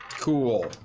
cool